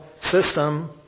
system